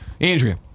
Andrea